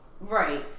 right